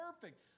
perfect